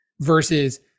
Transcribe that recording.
versus